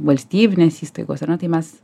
valstybinės įstaigos ar ne tai mes